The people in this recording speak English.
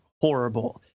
horrible